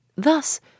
Thus